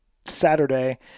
Saturday